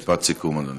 משפט סיכום, אדוני.